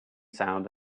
sound